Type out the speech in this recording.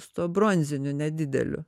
su tuo bronziniu nedideliu